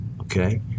Okay